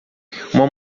uma